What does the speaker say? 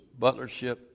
butlership